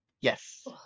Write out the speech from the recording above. Yes